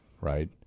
right